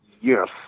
yes